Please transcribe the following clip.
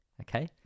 Okay